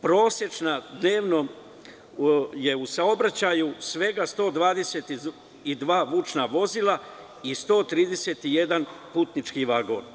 Prosečno je dnevno u saobraćaju svega 122 vučna vozila i 131 putnički vagon.